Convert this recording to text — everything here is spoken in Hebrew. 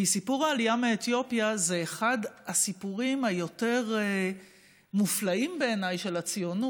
כי סיפור העלייה מאתיופיה זה אחד הסיפורים המופלאים ביותר של הציונות,